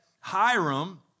Hiram